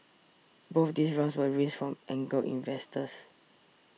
both these rounds were raised from angel investors